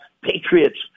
Patriots